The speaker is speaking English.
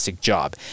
job